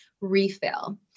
refill